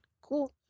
Cool